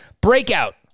Breakout